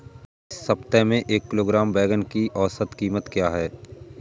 इस सप्ताह में एक किलोग्राम बैंगन की औसत क़ीमत क्या है?